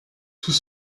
tout